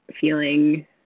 feeling